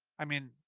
i mean,